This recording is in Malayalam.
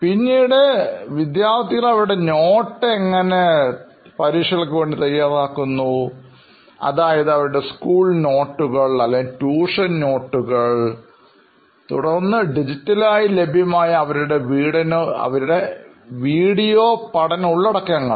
പിന്നീട് ആയി വിദ്യാർത്ഥികൾ അവരുടെ നോട്ട് എങ്ങനെ പരീക്ഷകൾക്കായി തയ്യാറാക്കുന്നു അതായത് അവരുടെ സ്കൂൾ കുറിപ്പുകൾ അല്ലെങ്കിൽ ട്യൂഷൻ കുറിപ്പുകൾ തുടർന്ന് ഡിജിറ്റലായി ലഭ്യമായ അവരുടെ വീഡിയോ പഠന ഉള്ളടക്കങ്ങൾ